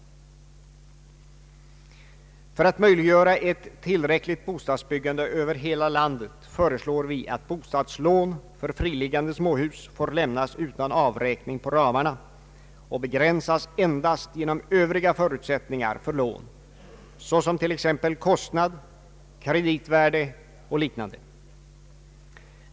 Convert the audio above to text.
För att möjliggöra ett tillräckligt bostadsbyggande över hela landet föreslår vi att bostadslån för friliggande småhus får lämnas utan avräkning på ramarna och skall begränsas endast genom Övriga förutsättningar för lån, såsom t.ex. kostnad, kreditvärde och liknande.